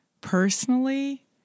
Personally